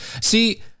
See